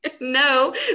no